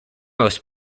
most